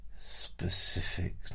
specific